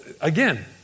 again